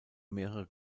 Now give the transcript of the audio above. mehrere